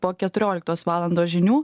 po keturioliktos valandos žinių